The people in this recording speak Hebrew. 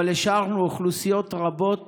אבל השארנו אוכלוסיות רבות